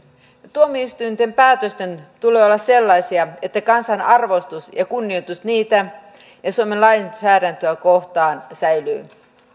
tuomioistuinten päätösten tulee olla sellaisia että kansan arvostus ja kunnioitus niitä ja suomen lainsäädäntöä kohtaan säilyvät